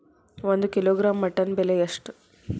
ಒಂದು kilogram mutton ಬೆಲೆ ಎಷ್ಟ್?